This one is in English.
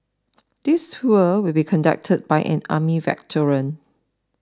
this tour will be conducted by an army veteran